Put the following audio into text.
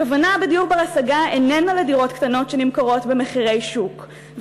הכוונה בדיור בר-השגה איננה לדירות קטנות שנמכרות במחירי שוק,